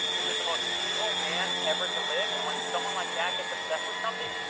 he was the most evil man ever to live, and when someone like that gets obsessed with something,